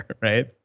right